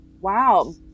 wow